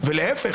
ולהפך